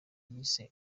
yise